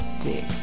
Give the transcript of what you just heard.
Dick